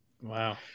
Wow